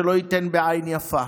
שלא ייתן בעין יפה.